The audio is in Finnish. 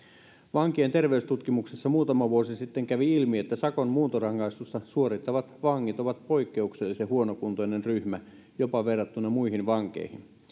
vankien terveystutkimuksessa muutama vuosi sitten kävi ilmi että sakon muuntorangaistusta suorittavat vangit ovat poikkeuksellisen huonokuntoinen ryhmä jopa verrattuna muihin vankeihin